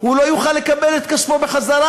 הוא לא יוכל לקבל את כספו בחזרה,